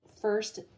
first